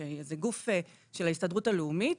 שזה גוף של ההסתדרות הלאומית,